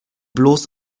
bloß